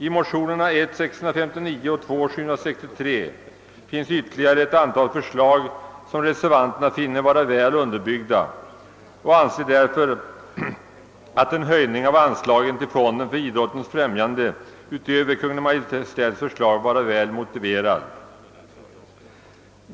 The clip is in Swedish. I motionerna 1:659 och II: 763 finns ytterligare ett antal förslag som reservanterna betraktar såsom väl underbyggda. De anser därför en höjning av anslaget till fonden för idrottens främjande utöver Kungl. Maj:ts förslag vara motiverad.